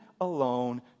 alone